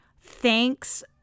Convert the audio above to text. Thanks